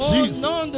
Jesus